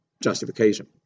justification